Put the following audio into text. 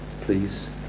please